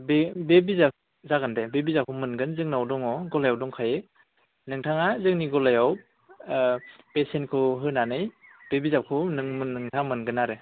बे बिजाब जागोन दे बे बिजाबखौ मोनगोन जोंनाव दङ गलायाव दंखायो नोंथाङा जोंनि गलायाव बेसेनखौ होनानै बे बिजाबखौ नोंथाङा मोनगोन आरो